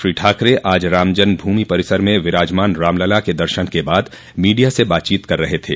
श्री ठाकरे आज राम जन्मभूमि परिसर में विराजमान रामलला के दर्शन के बाद मीडिया से बातचीत कर रहे थे